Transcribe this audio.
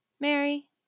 Mary